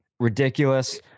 Ridiculous